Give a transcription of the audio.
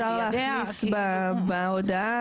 אפשר להכניס בהודעה,